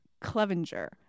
Clevenger